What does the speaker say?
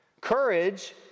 Courage